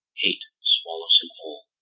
hate swallows him whole.